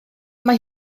mae